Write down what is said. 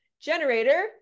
generator